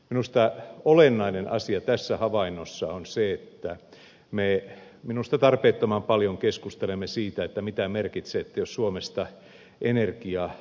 minusta olennainen asia tässä havainnossa on se että me minusta tarpeettoman paljon keskustelemme siitä mitä merkitsee jos suomesta energia loppuu